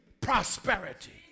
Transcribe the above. prosperity